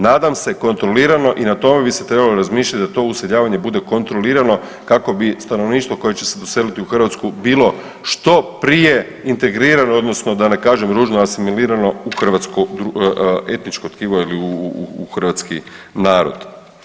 Nadam se kontrolirano i na tome bi se trebalo razmišljati da to useljavanje bude kontrolirano kako bi stanovništvo koje će se doseliti u Hrvatsku bilo što prije integrirano odnosno da ne kažem ružno asimilirano u hrvatsko etničko tkivo ili u hrvatski narod.